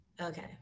Okay